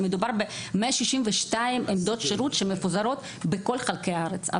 שמדובר ב- 162 עמדות שירות שמפוזרות בכל חלקי הארץ.